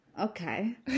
Okay